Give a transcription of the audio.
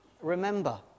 remember